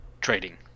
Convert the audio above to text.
trading